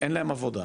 אין להם עבודה,